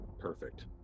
Perfect